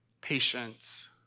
patience